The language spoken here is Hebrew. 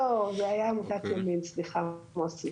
לא, זה היה עמותת ימין, סליחה מוסי.